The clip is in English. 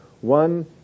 one